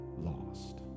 Lost